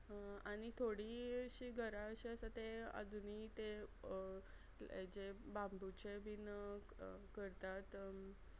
आनी थोडीं अशीं घरां अशीं आसा ते आजुनीय तें हेजें बांबूचें बीन करतात